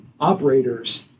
operators